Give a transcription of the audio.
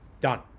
done